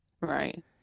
Right